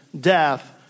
death